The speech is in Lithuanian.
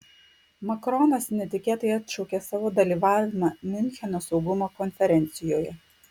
makronas netikėtai atšaukė savo dalyvavimą miuncheno saugumo konferencijoje